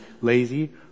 lazy